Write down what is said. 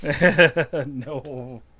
No